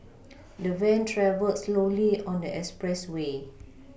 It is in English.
the van travelled slowly on the expressway